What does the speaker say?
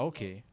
Okay